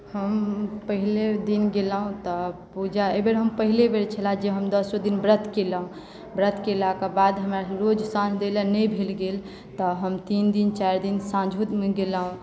हम पहिले दिन गेलहुँ तऽ पूजा एहिबेर हम पहिले बेर छले जे हम दसो दिन व्रत केलहुँ व्रत केलाक बाद हमरा रोज साँझ देलै नहि भेल गेल तऽ हम तीन दिन चारि दिन साँझोमे गेलहुँ